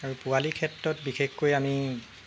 আৰু পোৱালি ক্ষেত্ৰত বিশেষকৈ আমি